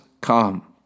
come